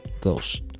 Ghost